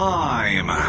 time